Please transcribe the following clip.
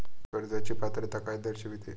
कर्जाची पात्रता काय दर्शविते?